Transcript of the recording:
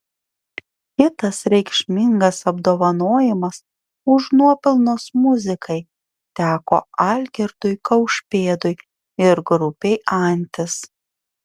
kitas reikšmingas apdovanojimas už nuopelnus muzikai teko algirdui kaušpėdui ir grupei antis